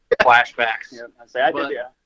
Flashbacks